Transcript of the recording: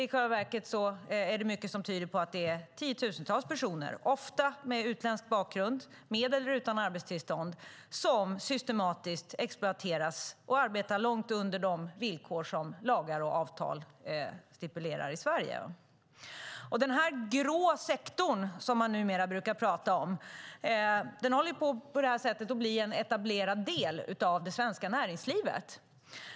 I själva verket tyder mycket på att det rör sig om tiotusentals personer, ofta med utländsk bakgrund och med eller utan arbetstillstånd, som systematiskt exploateras och arbetar långt under de villkor som lagar och avtal i Sverige stipulerar. Den grå sektorn, som man numera brukar tala om, håller på detta sätt på att bli en etablerad del av det svenska näringslivet.